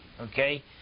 Okay